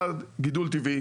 אחד, גידול טבעי.